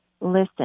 listen